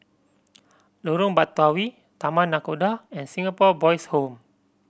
Lorong Batawi Taman Nakhoda and Singapore Boys' Home